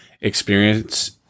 experience